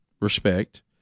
respect